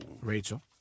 Rachel